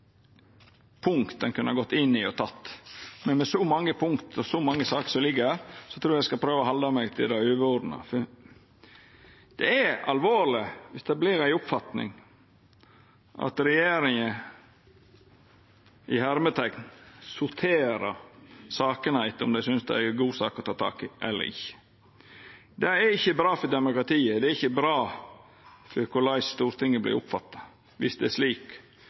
ein kunne gått inn i, men med så mange punkt og så mange saker som ligg her, trur eg at eg skal prøva å halda meg til det overordna. Det er alvorleg viss det vert ei oppfatning at regjeringa «sorterer» sakene etter om dei synest det er ei god sak å ta tak i eller ikkje. Det er ikkje bra for demokratiet. Det er ikkje bra for korleis Stortinget vert oppfatta, viss det er slik.